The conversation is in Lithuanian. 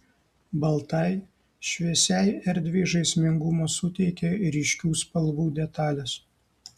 baltai šviesiai erdvei žaismingumo suteikia ryškių spalvų detalės